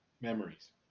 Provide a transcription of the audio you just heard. Memories